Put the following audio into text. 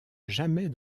jamais